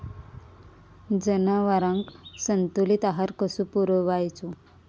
जनावरांका संतुलित आहार कसो पुरवायचो?